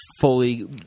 fully